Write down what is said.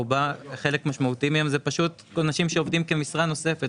חלק משמעותי מהם זה אנשים שעובדים כמשרה נוספת,